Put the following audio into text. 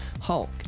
Hulk